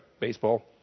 Baseball